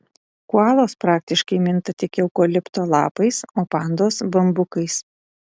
koalos praktiškai minta tik eukalipto lapais o pandos bambukais